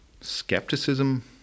skepticism